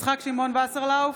יצחק שמעון וסרלאוף,